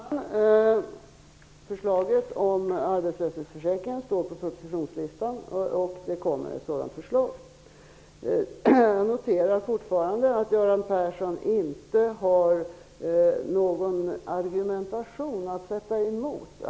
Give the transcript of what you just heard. Fru talman! Förslaget om arbetslöshetsförsäkringen står på propositionslistan, och det kommer att framläggas ett sådant förslag. Jag noterar att Göran Persson fortfarande inte har någon argumentation att sätta emot.